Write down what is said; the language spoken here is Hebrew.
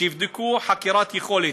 שיבקשו חקירת יכולת.